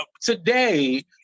Today